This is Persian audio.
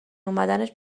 اومدنش